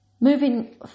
Moving